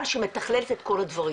אבל שמתכללת את כל הדברים.